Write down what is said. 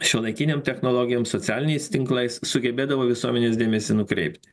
šiuolaikinėm technologijom socialiniais tinklais sugebėdavo visuomenės dėmesį nukreipti